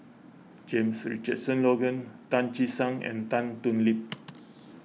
James Richardson Logan Tan Che Sang and Tan Thoon Lip